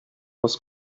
was